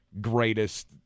greatest